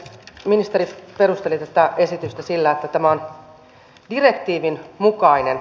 ministeri perusteli tätä esitystä sillä että tämä on direktiivin mukainen